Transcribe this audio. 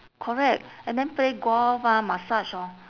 correct and then play golf ah massage orh